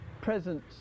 presence